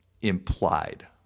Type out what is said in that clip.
implied